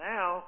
Now